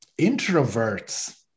introverts